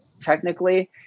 technically